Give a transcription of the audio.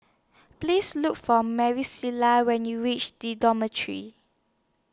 Please Look For Marisela when YOU REACH The Dormitory